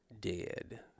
dead